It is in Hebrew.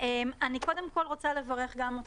אני קודם כל רוצה לברך גם אותך,